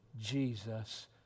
Jesus